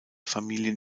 familien